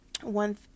one